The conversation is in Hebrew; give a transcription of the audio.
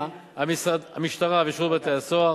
המשטרה ושירות בתי-הסוהר,